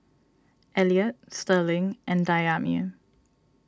Elliot Sterling and Dayami